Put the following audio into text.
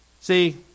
See